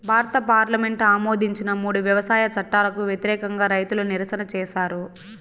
భారత పార్లమెంటు ఆమోదించిన మూడు వ్యవసాయ చట్టాలకు వ్యతిరేకంగా రైతులు నిరసన చేసారు